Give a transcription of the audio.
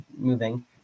moving